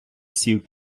сів